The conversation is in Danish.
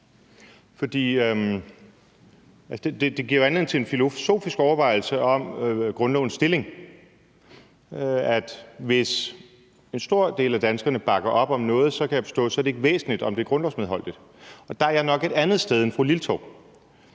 Det giver jo anledning til en filosofisk overvejelse om grundlovens stilling – at hvis en stor del af danskerne bakker op om noget, kan jeg forstå at det ikke er væsentligt, om det er grundlovsmedholdigt. Der er jeg nok et andet sted end fru Karin Liltorp.